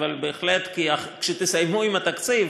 אבל כשתסיימו עם התקציב